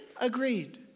agreed